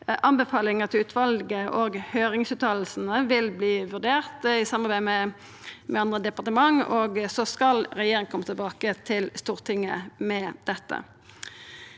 Anbefalinga til utvalet og høyringsfråsegna vil verta vurderte i samarbeid med andre departement, og så skal regjeringa kome tilbake til Stortinget med dette.